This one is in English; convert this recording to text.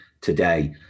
today